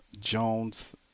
Jones